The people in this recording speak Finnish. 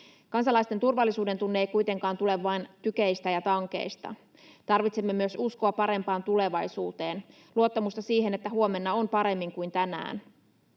Kansalaisten turvallisuudentunne ei kuitenkaan tule vain tykeistä ja tankeista. Tarvitsemme myös uskoa parempaan tulevaisuuteen; luottamusta siihen, että huomenna on paremmin kuin tänään.